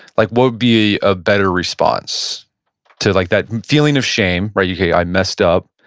like what would be a better response to like that feeling of shamed, but yeah hey i messed up,